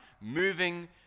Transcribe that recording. moving